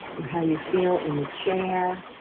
or how you feel in the chair.